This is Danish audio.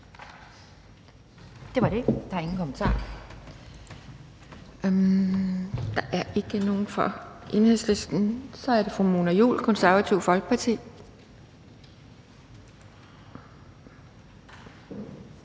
Det var det. Der er ingen kommentarer. Der er ikke nogen ordfører fra Enhedslisten, så det er fru Mona Juul, Det Konservative Folkeparti.